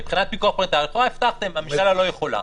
מבחינת פיקוח פרלמנטרי, הממשלה לא יכולה.